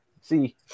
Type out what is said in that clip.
See